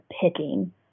picking